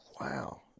wow